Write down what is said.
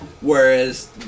Whereas